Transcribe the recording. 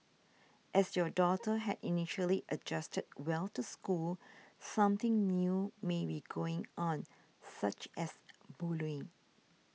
as your daughter had initially adjusted well to school something new may be going on such as bullying